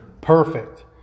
Perfect